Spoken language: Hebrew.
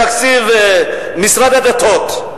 בתקציב משרד הדתות,